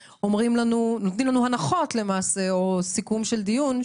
נותנים לנו הנחות למעשה או סיכום של דיון,